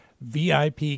VIP